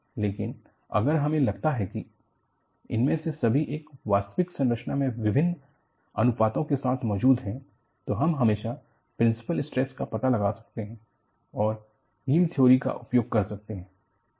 लेकिन अगर हमें लगता है कि इनमें से सभी एक वास्तविक संरचना में विभिन्न अनुपातों के साथ मौजूद हैं तो हम हमेशा प्रिंसिपल स्ट्रेस का पता लगा सकते हैं और यील्ड थ्योरी का उपयोग कर सकते हैं